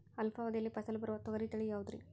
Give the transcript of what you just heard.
ಅಲ್ಪಾವಧಿಯಲ್ಲಿ ಫಸಲು ಬರುವ ತೊಗರಿ ತಳಿ ಯಾವುದುರಿ?